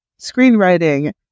screenwriting